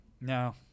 No